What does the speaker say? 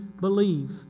believe